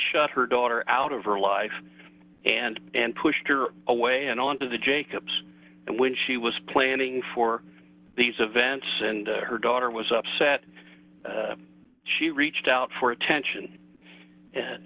shut her daughter out of her life and and pushed her away and on to jacobs and when she was planning for these events and her daughter was upset she reached out for attention and